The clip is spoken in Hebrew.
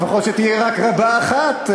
שלפחות תהיה רק רבה אחת,